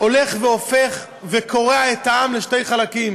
הולך והופך וקורע את העם לשני חלקים.